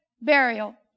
burial